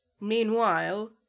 Meanwhile